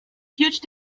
huge